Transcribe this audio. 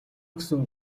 гэсэн